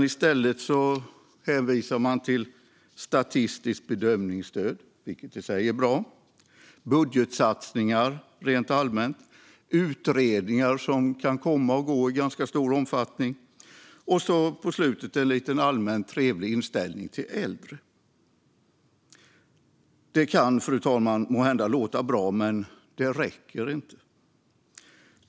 I stället hänvisar man till statistiskt bedömningsstöd, vilket i sig är bra, budgetsatsningar rent allmänt, utredningar, som kan komma och gå i ganska stor omfattning, och så på slutet en allmänt trevlig inställning till äldre. Det låter måhända bra, fru talman, men det räcker inte.